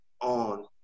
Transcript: on